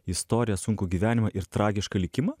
istoriją sunkų gyvenimą ir tragišką likimą